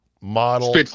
model